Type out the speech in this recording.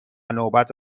نوبت